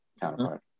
counterpart